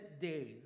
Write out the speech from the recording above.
days